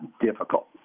difficult